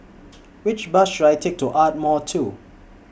Which Bus should I Take to Ardmore two